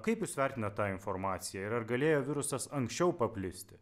kaip jūs vertinat tą informaciją ir ar galėjo virusas anksčiau paplisti